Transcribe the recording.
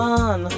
on